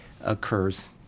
occurs